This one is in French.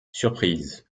surprise